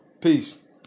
Peace